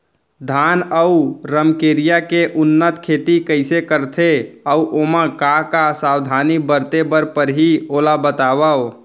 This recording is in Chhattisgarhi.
धान अऊ रमकेरिया के उन्नत खेती कइसे करथे अऊ ओमा का का सावधानी बरते बर परहि ओला बतावव?